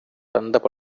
தந்த